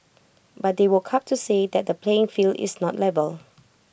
but they woke up to say that the playing field is not level